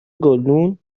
گلدون